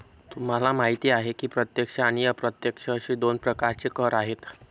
तुम्हाला माहिती आहे की प्रत्यक्ष आणि अप्रत्यक्ष असे दोन प्रकारचे कर आहेत